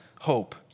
hope